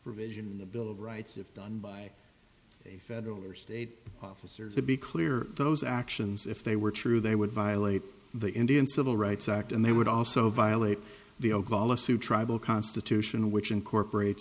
provision in the bill of rights if done by a federal or state officers would be clear those actions if they were true they would violate the indian civil rights act and they would also violate the oglala sioux tribal constitution which incorporates